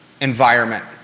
environment